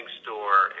store